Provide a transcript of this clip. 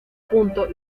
punto